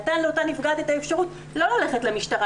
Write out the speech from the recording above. נתן לאותה נפגעת את האפשרות לא ללכת למשטרה,